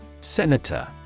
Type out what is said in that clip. Senator